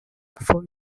for